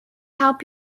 help